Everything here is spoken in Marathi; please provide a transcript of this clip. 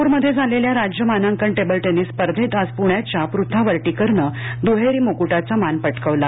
नागप्रमध्ये झालेल्या राज्य मानांकन टेबल टेनिस स्पर्धेंत आज प्ण्याच्या प्रथा वर्टीकरनं दुहेरी मुकुटाचा मान पटकावला